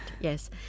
Yes